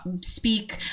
speak